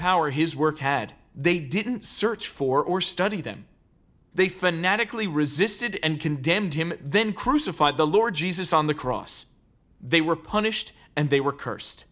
power his work had they didn't search for or study them they fanatically resisted and condemned him then crucified the lord jesus on the cross they were punished and they were cursed